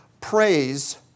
praise